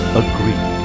agreed